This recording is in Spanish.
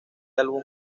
álbum